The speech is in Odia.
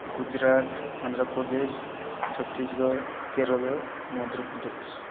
ଗୁଜୁରାଟ ଆନ୍ଧ୍ରପ୍ରଦେଶ ଛତିଶଗଡ଼ କେରଳ ମଧ୍ୟପ୍ରଦେଶ